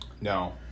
No